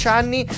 anni